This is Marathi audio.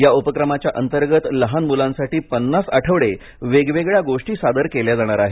या उपक्रमाच्या अंतर्गत लहान मुलांसाठी पन्नास आठवडे वेगवेगळ्या गोष्टी सादर केल्या जाणार आहेत